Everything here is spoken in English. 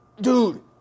Dude